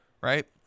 right